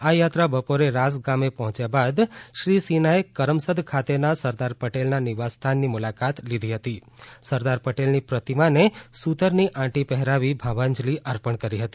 આ યાત્રા બપોરે રાસ ગામે પહોંચ્યા બાદ શ્રી સિંહાએ કરમસદ ખાતેના સરદાર પટેલના નિવાસસ્થા્નની મુલાકાત લીધી હતી અને સરદાર પટેલની પ્રતિમાને સૂતરની આંટી અર્પણ કરી ભાવાંજલિ અર્પણ કરી હતી